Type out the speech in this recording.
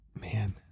Man